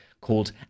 called